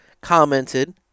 commented